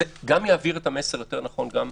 זה גם יעביר את המסר נכון יותר.